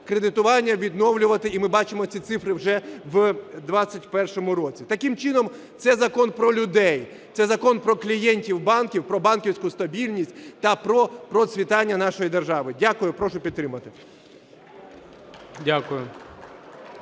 Кредитування відновлювати, і ми бачимо ці цифри вже в 21-му році. Таким чином це закон про людей, це закон про клієнтів банків, про банківську стабільність та про процвітання нашої держави. Дякую. Прошу підтримати.